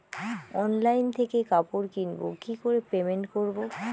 Online থেকে কাপড় কিনবো কি করে পেমেন্ট করবো?